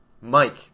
Mike